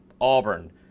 Auburn